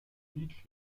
teach